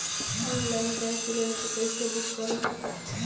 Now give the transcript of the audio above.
Online gas cylinder कइसे book करहु?